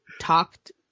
talked